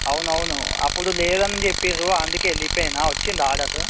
అవునువును అప్పుడు లేదని చెప్పిర్రు అందుకని వెళ్ళిపోయిన వచ్చిందా ఆర్డర్